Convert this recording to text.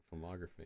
filmography